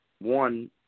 one